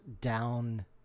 down